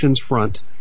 front